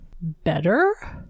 better